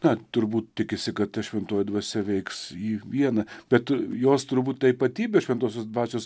na turbūt tikisi kad ta šventoji dvasia veiks jį vieną bet jos turbūt ta ypatybė šventosios dvasios